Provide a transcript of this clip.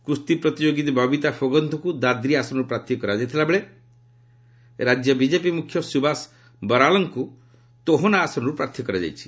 କୁସ୍ତି ପ୍ରତିଯୋଗୀ ବବିତା ଫୋଗତ୍ଙ୍କୁ ଦାଦ୍ରି ଆସନରୁ ପ୍ରାର୍ଥୀ କରାଯାଇଥିଲାବେଳେ ରାଜ୍ୟ ବିଜେପି ମୁଖ୍ୟ ସୁବାସ ବରାଳଙ୍କୁ ତୋହନା ଆସନରୁ ପ୍ରାର୍ଥୀ କରାଯାଇଛି